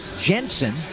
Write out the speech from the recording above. jensen